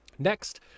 Next